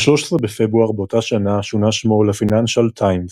ב-13 בפברואר באותה שנה שונה שמו ל-"Financial Times".